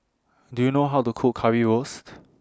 Do YOU know How to Cook Currywurst